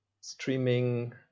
streaming